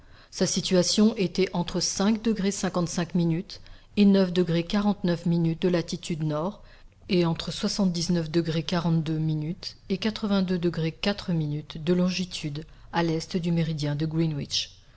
sa situation était entre et de latitude nord et et de longitude à l'est du méridien de greenwich